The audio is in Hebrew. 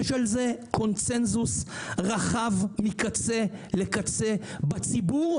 יש על זה קונצנזוס רחב מקצה לקצה בציבור,